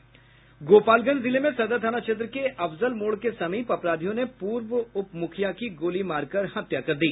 गोपालगंज जिले में सदर थाना क्षेत्र के अफजल मोड़ के समीप अपराधियों ने पूर्व उप मुखिया की गोली मारकर हत्या कर दी